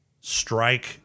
strike